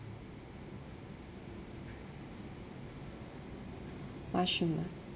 mushroom ah